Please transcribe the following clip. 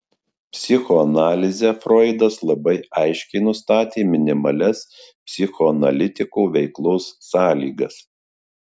psichoanalize froidas labai aiškiai nustatė minimalias psichoanalitiko veiklos sąlygas